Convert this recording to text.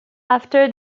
after